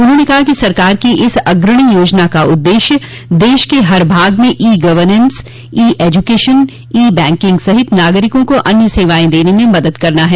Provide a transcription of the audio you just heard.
उन्होंने कहा कि सरकार की इस अग्रणी योजना का उद्देश्य दश के हर भाग में e governance e education e banking सहित नागरिकों को अन्य सेवाएं देने में मदद करना है